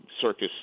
circus